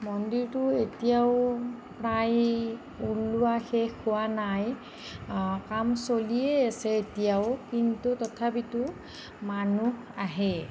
মন্দিৰটো এতিয়াও প্ৰায় ওলোৱা শেষ হোৱা নাই কাম চলিয়েই আছে এতিয়াও কিন্তু তথাপিতো মানুহ আহে